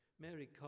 mary